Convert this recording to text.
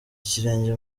ikirenge